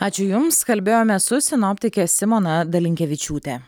ačiū jums kalbėjome su sinoptike simona dalinkevičiūte